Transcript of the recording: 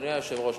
אדוני היושב-ראש,